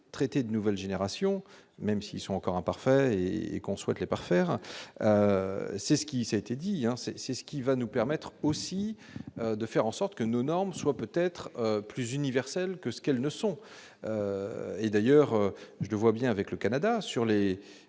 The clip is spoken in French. traité de nouvelle génération, même s'ils sont encore imparfaits et et qu'on conçoit les parfaire, c'est ce qui s'était dit, hein, c'est, c'est ce qui va nous permettre aussi de faire en sorte que nos normes soient peut-être plus universel que ce qu'elles ne sont et d'ailleurs, je vois bien avec le Canada sur les